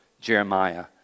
Jeremiah